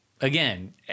again